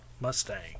Mustang